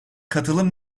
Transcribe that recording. katılım